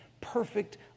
perfect